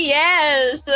yes